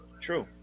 true